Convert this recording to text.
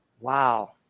wow